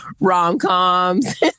rom-coms